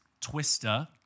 Twister